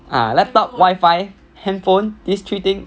ah laptop wifi handphone these three thing